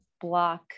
Block